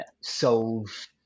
solve